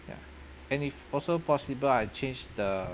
ya and if also possible I change the